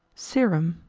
serum,